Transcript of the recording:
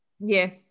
Yes